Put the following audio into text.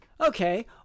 Okay